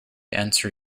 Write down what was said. answer